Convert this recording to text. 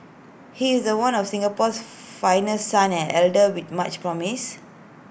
he is one of Singapore's finest sons and A leader with much promise